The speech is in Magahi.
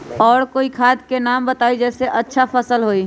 और कोइ खाद के नाम बताई जेसे अच्छा फसल होई?